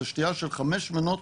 שתיה של 5 מנות